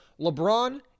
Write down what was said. LeBron